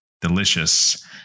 delicious